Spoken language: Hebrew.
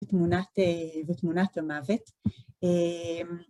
תמונת ותמונת המוות. א...